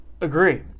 Agree